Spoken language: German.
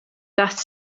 das